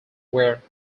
where